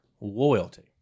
loyalty